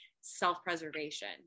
self-preservation